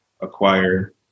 acquire